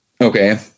Okay